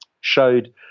showed